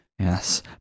Yes